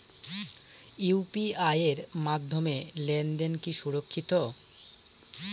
UPI এর মাধ্যমে লেনদেন কি সুরক্ষিত?